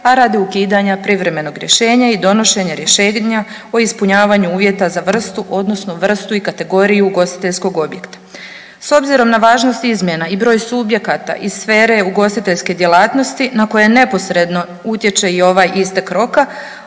a radi ukidanja privremenog rješenja i donošenja rješenja o ispunjavanju uvjeta za vrstu odnosno vrstu i kategoriju ugostiteljskog objekta. S obzirom na važnost izmjena i broj subjekata iz sfere ugostiteljske djelatnosti na koje neposredno utječe i ovaj istek roka,